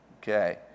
okay